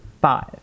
five